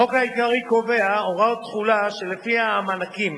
החוק העיקרי קובע הוראת תחולה שלפיה המענקים